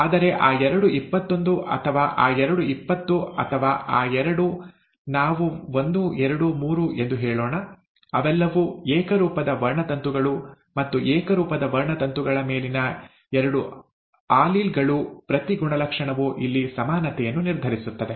ಆದರೆ ಆ ಎರಡು ಇಪ್ಪತ್ತೊಂದು ಅಥವಾ ಆ ಎರಡು ಇಪ್ಪತ್ತು ಅಥವಾ ಆ ಎರಡು ನಾವು ಒಂದು ಎರಡು ಮೂರು ಎಂದು ಹೇಳೋಣ ಅವೆಲ್ಲವೂ ಏಕರೂಪದ ವರ್ಣತಂತುಗಳು ಮತ್ತು ಏಕರೂಪದ ವರ್ಣತಂತುಗಳ ಮೇಲಿನ ಎರಡು ಆಲೀಲ್ ಗಳು ಪ್ರತಿ ಗುಣಲಕ್ಷಣವು ಇಲ್ಲಿ ಸಮಾನತೆಯನ್ನು ನಿರ್ಧರಿಸುತ್ತದೆ